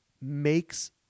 makes